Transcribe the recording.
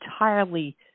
entirely